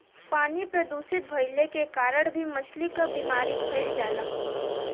पानी प्रदूषित भइले के कारण भी मछली क बीमारी फइल जाला